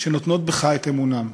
שנותנות בך את אמונן.